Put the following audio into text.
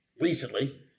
recently